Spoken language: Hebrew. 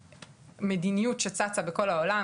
מדיניות שצצה בכל העולם,